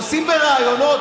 עושים ברעיונות,